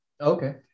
Okay